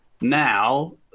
Now